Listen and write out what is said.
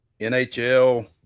NHL